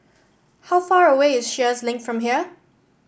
how far away is Sheares Link from here